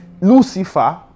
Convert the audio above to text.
Lucifer